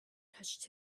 touched